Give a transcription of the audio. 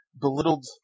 belittled